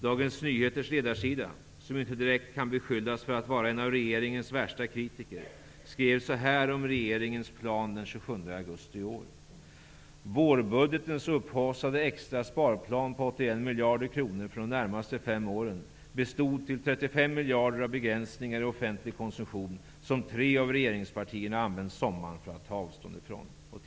Dagens Nyheters ledarsida, som ju inte direkt kan beskyllas för att vara en av regeringens värsta kritiker, skrev så här om regeringens plan den 27 miljarder kronor för de närmaste fem åren bestod till 35 miljarder av begränsningar i offentlig konsumtion som tre av regeringspartierna använt sommaren för att ta avstånd från.''